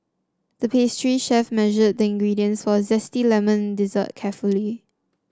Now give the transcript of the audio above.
the pastry chef measured the ingredients for a zesty lemon dessert carefully